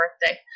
birthday